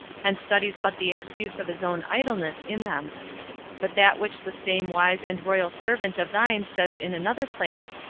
and studies but the excuse of his own idleness in them but that which the same wise and royal servant of thine says in another place,